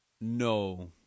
No